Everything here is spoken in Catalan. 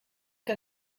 per